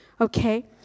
Okay